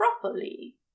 properly